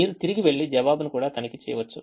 మీరు తిరిగి వెళ్లి జవాబును కూడా తనిఖీ చేయవచ్చు